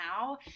now